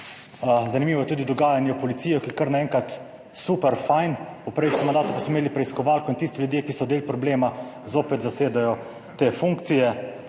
Zanimivo je tudi dogajanje v policiji, ki je kar naenkrat super fajn, v prejšnjem mandatu pa smo imeli preiskovalko in tisti ljudje, ki so del problema, zopet zasedajo te funkcije.